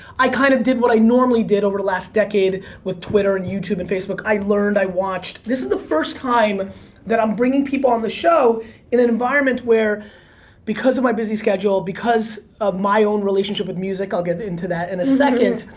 i kind of did what i normally did over the last decade with twitter, and youtube and facebook. i learned, i watched. this is the first time that i'm bringing people on the show in an environment where because of my busy schedule, because of my own relationship with music, i'll get into that in a second,